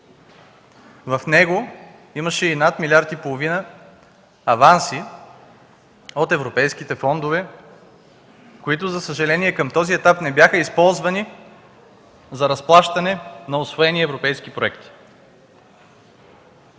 В него имаше и над милиард и половина аванси от европейските фондове, които, за съжаление, към този етап не бяха използвани за разплащане на усвоени европейски проекти.